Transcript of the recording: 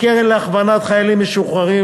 לקרן להכוונת חיילים משוחררים,